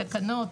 התקנות,